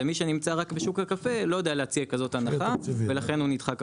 ומי שנמצא רק בשוק הקפה לא יודע להציע כזאת הנחה ולכן הוא נדחה כך,